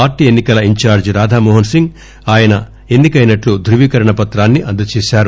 party ఎన్ని కల in charge Radhamohan Singh ఆయన ఎన్నికైనట్లు ధృవీకరణ ప్రతాన్ని అందజేశారు